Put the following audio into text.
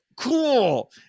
cool